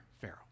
Pharaoh